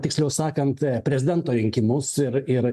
tiksliau sakant prezidento rinkimus ir ir